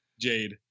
Jade